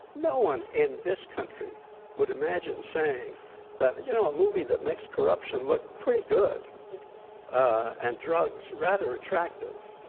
no one in this country would imagine saying that, you know, a movie that makes corruption look pretty good and drugs rather attractive